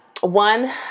one